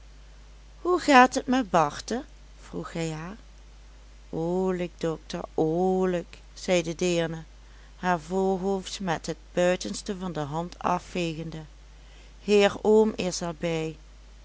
hoe gaat het met barte vroeg hij haar oolik dokter oolik zei de deerne haar voorhoofd met het buitenste van de hand afvegende heeroom is er